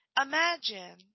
Imagine